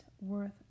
worth